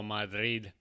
Madrid